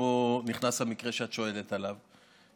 ופה נכנס המקרה שאת שואלת עליו,